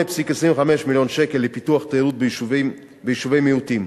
8.25 מיליון שקל לפיתוח התיירות ביישובי המיעוטים.